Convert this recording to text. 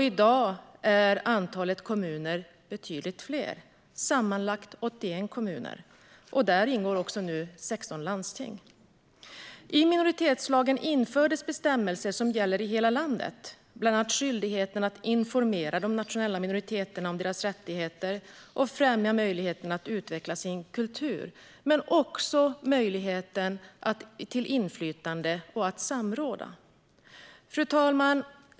I dag är antalet kommuner betydligt fler - sammanlagt 81. Där ingår nu också 16 landsting. I minoritetslagen infördes bestämmelser som gäller i hela landet, bland annat skyldigheten att informera de nationella minoriteterna om deras rättigheter och främja deras möjlighet att utveckla sin kultur. Även möjligheten till inflytande och samråd infördes. Fru talman!